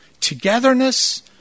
Togetherness